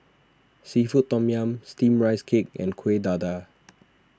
Seafood Tom Yum Steamed Rice Cake and Kuih Dadar